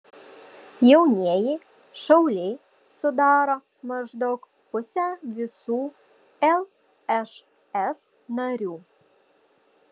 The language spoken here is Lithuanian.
jaunieji šauliai sudaro maždaug pusę visų lšs narių